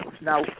Now